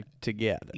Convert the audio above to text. together